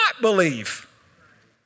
believe